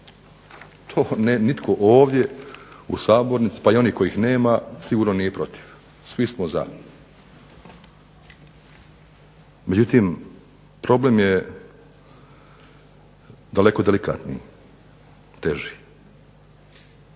To nitko ovdje u sabornici pa i oni kojih nema sigurno nije protiv, svi smo za. Međutim, problem je daleko delikatniji i teži.